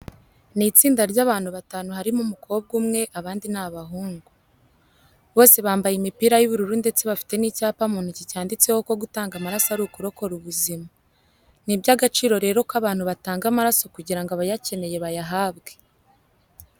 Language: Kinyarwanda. Ni itsinda ry'abantu batanu harimo umukobwa umwe, abandi ni abahungu. Bose bambaye imipira y'ubururu ndetse bafite n'icyapa mu ntoki cyanditseho ko gutanga amaraso ari ukurokora ubuzima. Ni iby'agaciro rero ko abantu batanga amaraso kugira ngo abayakeneye bayahabwe.